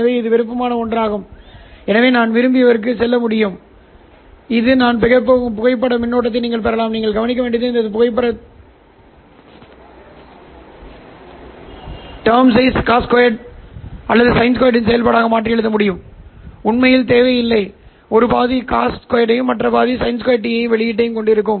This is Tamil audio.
எனவே இது விருப்பமான ஒன்றாகும் எனவே நான் விரும்பியவருக்குச் செல்ல முடியும் இது நான் பெறப் போகும் புகைப்பட மின்னோட்டத்தை நீங்கள் பெறலாம் நீங்கள் கவனிக்க வேண்டியது இந்த புகைப்பட திராட்சை வத்தல் cos2 cos2 அல்லது sin2 இன் செயல்பாடாகும் உண்மையில் உண்மையில் தேவையில்லை ஒரு பாதி cos2 ஐயும் மற்ற பாதி sin2 t வெளியீட்டையும் கொடுக்கும்